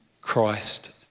Christ